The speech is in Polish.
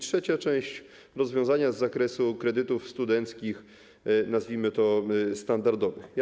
Trzecia część to rozwiązania z zakresu kredytów studenckich, nazwijmy to, standardowych.